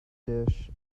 dish